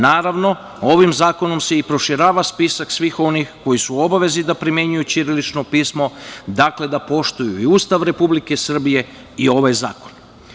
Naravno, ovim zakonom se i proširuje spisak svih onih koji su u obavezi da primenjuju ćirilično pismo, dakle, da poštuju i Ustav Republike Srbije i ovaj zakon.